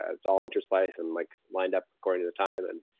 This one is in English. ah it's all interspliced and like lined up according to the time. and